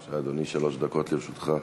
בבקשה, אדוני, שלוש דקות לרשותך.